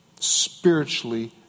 spiritually